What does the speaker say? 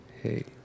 Hey